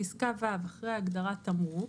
אחרי ההגדרה "תמרוק"